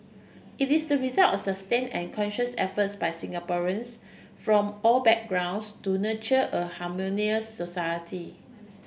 it is the result of sustained and conscious efforts by Singaporeans from all backgrounds to nurture a harmonious society